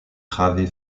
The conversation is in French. travée